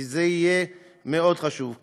זה יהיה מאוד חשוב,